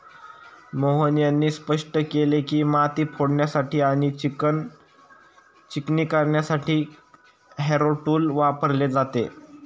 मोहन यांनी स्पष्ट केले की, माती फोडण्यासाठी आणि चिकणी करण्यासाठी हॅरो टूल वापरले जाते